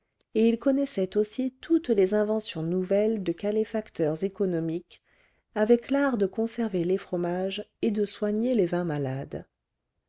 et il connaissait aussi toutes les inventions nouvelles de caléfacteurs économiques avec l'art de conserver les fromages et de soigner les vins malades